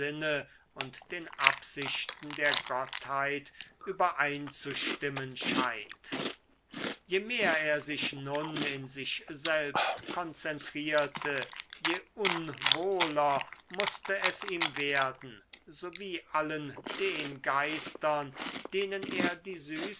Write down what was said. und den absichten der gottheit übereinzustimmen scheint je mehr er sich nun in sich selbst konzentrierte je unwohler mußte es ihm werden sowie allen den geistern denen er die